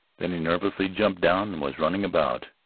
then he nervously jumped down, and was running about,